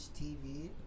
TV